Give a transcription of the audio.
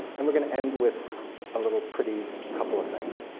and we're going to end with a little pretty couple of things,